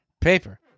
paper